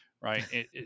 right